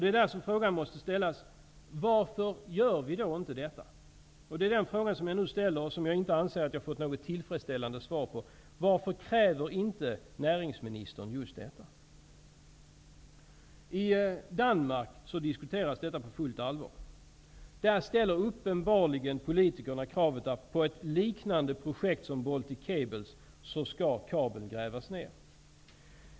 Det är därför frågan måste ställas: Varför gör vi då inte detta? Den frågan ställer jag nu; jag anser att jag inte har fått något tillfredsställande svar på det. Varför kräver inte näringsministern just detta? I Danmark diskuteras detta på fullt allvar. Där ställer politikerna, när det gäller ett projekt liknande Baltic Cables, uppenbarligen kravet att kabeln skall grävas ned.